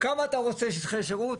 כמה אתה רוצה שטחי שירות?